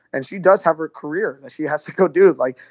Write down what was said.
and she does have her career that she has to go do. like,